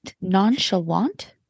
Nonchalant